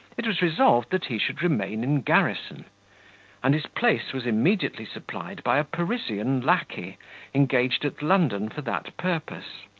it was resolved that he should remain in garrison and his place was immediately supplied by a parisian lacquey engaged at london for that purpose.